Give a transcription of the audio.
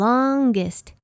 Longest